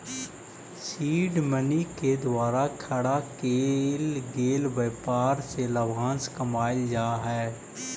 seed money के द्वारा खड़ा केल गेल व्यापार से लाभांश कमाएल जा हई